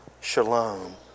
shalom